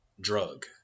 drug